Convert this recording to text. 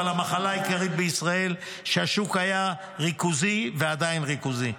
אבל המחלה העיקרית בישראל היא שהשוק היה ריכוזי ועדיין ריכוזי,